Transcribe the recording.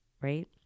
right